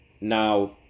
now